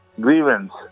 grievance